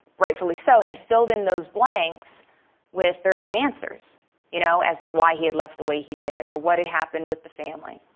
rightfully so, had filled in those blanks with their own answers you know as to why he had left the way he did or what had happened with the family.